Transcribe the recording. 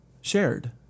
shared